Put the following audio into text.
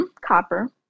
Copper